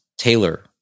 Taylor